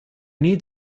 need